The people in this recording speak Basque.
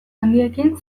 handiekin